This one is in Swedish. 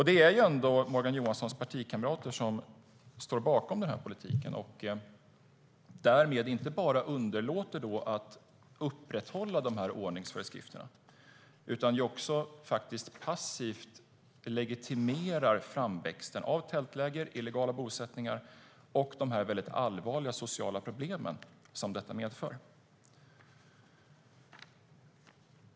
Det är ju ändå Morgan Johanssons partikamrater som står bakom den här politiken och därmed inte bara underlåter att upprätthålla ordningsföreskrifterna utan också passivt legitimerar framväxten av tältläger, illegala bosättningar och de väldigt allvarliga sociala problem som detta medför.